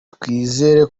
twizere